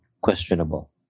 questionable